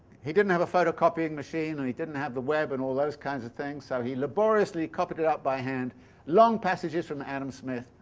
he didn't have a photocopying machine and he didn't have the web and all those kinds of things, so he laboriously copied out by hand long passages from adam smith,